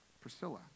Priscilla